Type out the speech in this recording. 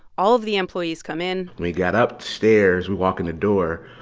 all of the employees come in we got ah upstairs. we walk in the door.